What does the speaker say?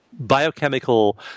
biochemical